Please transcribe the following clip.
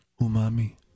Umami